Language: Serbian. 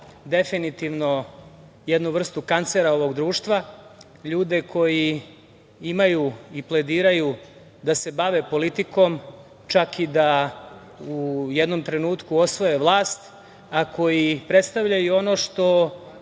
definitivno jednu vrstu kancera ovog društva, ljude koji imaju i plediraju da se bave politikom, čak i da u jednom trenutku osvoje vlast, a koji predstavljaju ono što